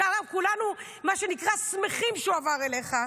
כולנו, מה שנקרא, שמחים שהוא עבר אליך.